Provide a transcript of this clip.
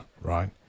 right